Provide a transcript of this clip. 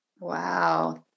Wow